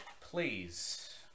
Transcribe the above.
please